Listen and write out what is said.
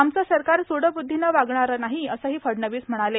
आचं सरकार सूड बुद्वीनं वागणारं नाही असंही फडणवीस म्हणाले